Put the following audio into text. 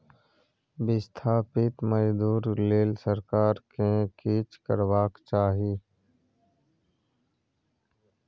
बिस्थापित मजदूर लेल सरकार केँ किछ करबाक चाही